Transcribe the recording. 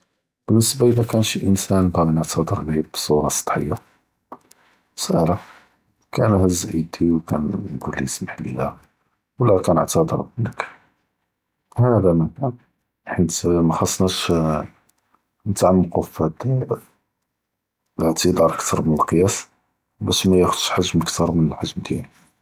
באלניסבה אלא כאן שי אינסאן קאל אנכ תחדר מעאיה בצ’ורפה סאתחיה, בסחרה כאן נהז ידי ו כנקולכ סמחל ליא ו קאלו כנתעתר מנכ, האדא מקאן חית מחרנסנאש נתעמקו פ תי אלעיטתראד אכ’תר מן אלקיאס באש מיכ’כאש.